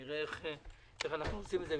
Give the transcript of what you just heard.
נראה איך עושים את זה,